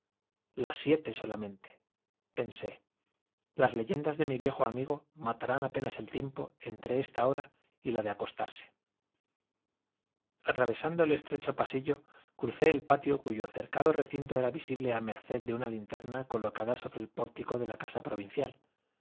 las siete solamente pensé las leyendas de mi viejo amigo matarán apenas el tiempo entre esta hora y la de acostarse atravesando el estrecho pasillo crucé el patio cuyo cercado recinto era visible a merced de una linterna colocada sobre el pórtico de la casa provincial